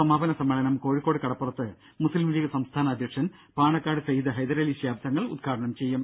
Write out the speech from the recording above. സമാപന സമ്മേളനം കോഴിക്കോട് കടപ്പുറത്ത് മുസ്ലിം ലീഗ് സംസ്ഥാന അധ്യക്ഷൻ പാണക്കാട് സയ്യിദ് ഹൈദരലി ശിഹാബ് തങ്ങൾ ഉദ്ഘാടനം ചെയ്യും